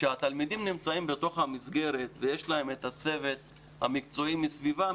כשהתלמידים נמצאים בתוך המסגרת ויש להם את הצוות המקצועי מסביבם,